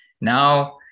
now